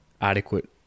adequate